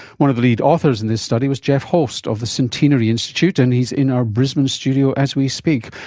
one of the lead authors in this study was jeff holst of the centenary institute, and he's in our brisbane studio as we speak.